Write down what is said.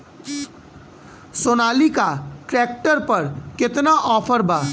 Sonalika tractor पर केतना offer बा?